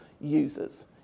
users